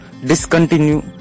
discontinue